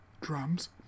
drums